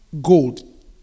gold